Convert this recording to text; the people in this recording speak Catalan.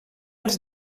els